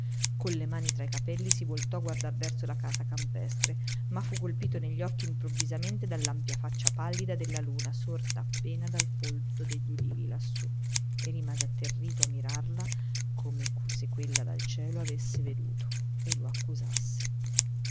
con le mani tra i capelli si voltò a guardare verso la casa campestre ma fu colpito negli occhi improvvisamente dall'ampia faccia pallida della luna sorta appena dal folto degli olivi lassù e rimase atterrito a mirarla come se quella dal cielo avesse veduto e lo accusasse